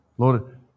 Lord